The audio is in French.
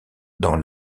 dans